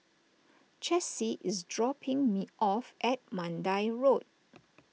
Chessie is dropping me off at Mandai Road